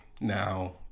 Now